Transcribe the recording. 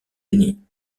unis